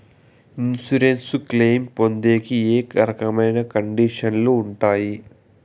Insurance claim పొందేకి ఏ రకమైన కండిషన్లు ఉంటాయి?